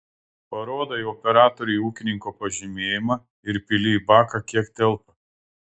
parodai operatoriui ūkininko pažymėjimą ir pili į baką kiek telpa